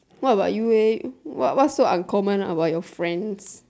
what about you eh what what's so uncommon about your friends